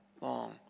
long